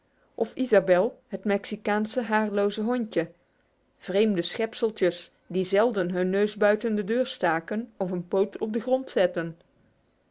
of ysabel het mexicaanse haarloze hondje vreemde schepseltjes die zelden hun neus buiten de deur staken of een poot op de grond zetten